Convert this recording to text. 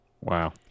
Wow